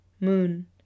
Moon